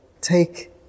take